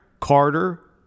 Carter